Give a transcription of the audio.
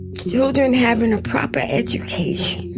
children having a proper education.